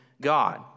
God